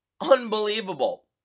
Unbelievable